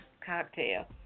cocktail